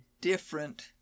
different